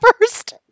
first